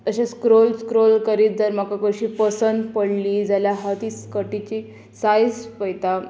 अशें scroll scroll करीत जर म्हाका कशी पसंद पडली जाल्यार हांव तीच स्कटीची सायज पळयतां